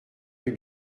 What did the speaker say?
rue